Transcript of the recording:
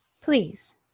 please